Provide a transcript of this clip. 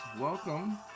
welcome